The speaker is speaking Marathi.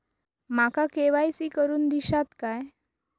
माका के.वाय.सी करून दिश्यात काय?